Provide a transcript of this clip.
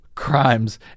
crimes